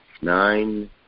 nine